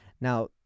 Now